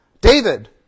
David